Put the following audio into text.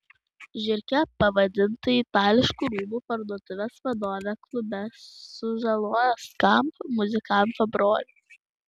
žiurke pavadinta itališkų rūbų parduotuvės vadovė klube sužalojo skamp muzikanto brolį